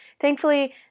thankfully